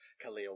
Khalil